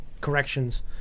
corrections